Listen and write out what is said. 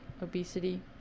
obesity